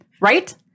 right